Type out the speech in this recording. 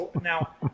now